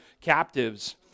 captives